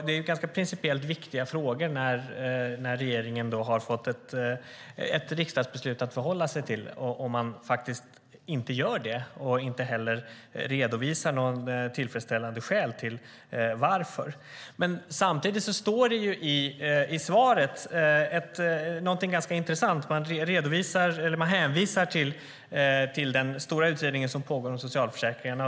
Det är ganska principiellt viktiga frågor när regeringen har fått ett riksdagsbeslut att förhålla sig till och man faktiskt inte gör det och inte heller redovisar några tillfredsställande skäl för det. Samtidigt står det i svaret någonting ganska intressant. Där hänvisas till den stora utredningen som pågår om socialförsäkringarna.